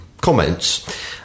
comments